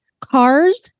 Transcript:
Cars